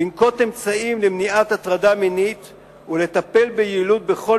לנקוט אמצעים למניעת הטרדה מינית ולטפל ביעילות בכל